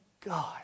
God